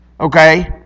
Okay